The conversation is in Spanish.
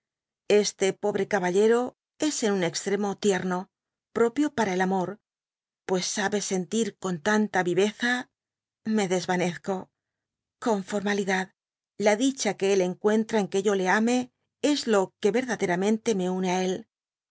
este pobre caballero s en un extremo tierno precio para el amor pues sabe sentir con tanta viveza me desvanezco con formalidad la dicha que él encuentra en que yo le ame es lo que verdaderamente me une á él